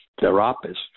therapist